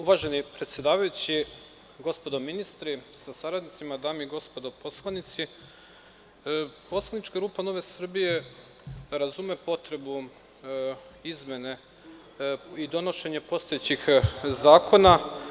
Uvaženi predsedavajući, gospodo ministri sa saradnicima, dame i gospodo poslanici, poslanička grupa NS razume potrebu izmene i donošenje postojećih zakona.